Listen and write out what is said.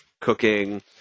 cooking